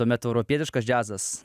tuomet europietiškas džiazas